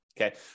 okay